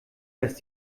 ist